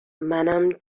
منم